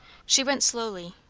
she went slowly,